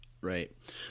right